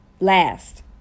Last